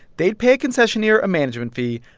they'd pay a concessionaire a management fee,